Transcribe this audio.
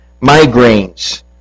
migraines